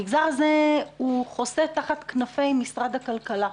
המגזר הזה חוסה תחת כנפי משרד הכלכלה.